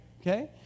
okay